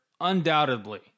undoubtedly